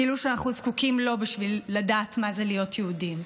כאילו שאנחנו זקוקים לו בשביל לדעת מה זה להיות יהודים.